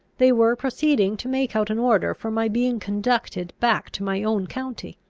they were proceeding to make out an order for my being conducted back to my own county.